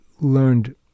learned